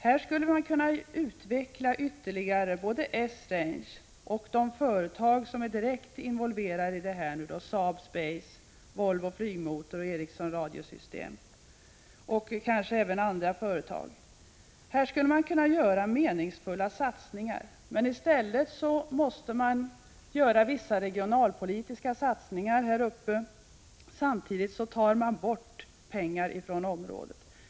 Här skulle man kunna utveckla ytterligare både Esrange och de företag som är direkt involverade i detta, Saab Space, Volvo Flygmotor och Ericsson Radio Systems, och kanske även andra företag. Man skulle kunna göra meningsfulla satsningar här, men i stället måste man göra vissa regionalpolitiska satsningar samtidigt som man tar bort pengar från området.